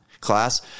class